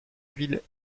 ville